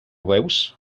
veus